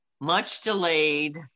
much-delayed